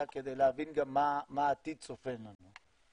כדי להבין גם מה העתיד צופן לנו.